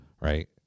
Right